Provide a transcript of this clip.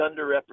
underrepresented